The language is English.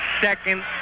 second